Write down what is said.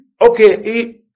okay